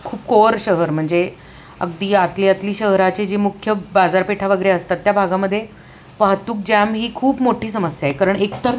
खूप कोअर शहर म्हणजे अगदी आतली आतली शहराचे जे मुख्य बाजारपेठा वगैरे असतात त्या भागामध्ये वाहतूक जॅम ही खूप मोठी समस्या आहे कारण एक तर